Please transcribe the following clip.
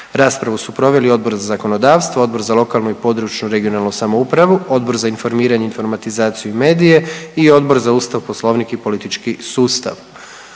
Raspravu su proveli Odbor za zakonodavstvo, Odbor za lokalnu i područnu (regionalnu) samoupravu, Odbor za informiranje, informatizaciju i medije i Odbor za Ustav, Poslovnik i politički sustav.